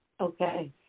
Okay